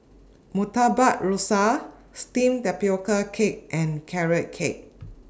Murtabak Rusa Steamed Tapioca Cake and Carrot Cake